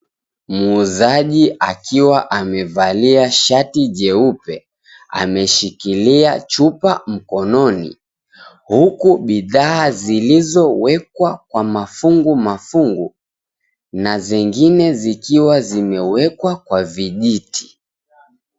Muuzaji akiwa amevalia shati jeupe. Ameshikilia chupa mkononi huku bidhaa zilizo wekwa kwa mafungu mafungu na zingine zikiwa zimewekwa kwa vijiti.